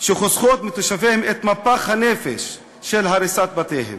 שחוסכות מתושביהם את מפח הנפש של הריסת בתיהם,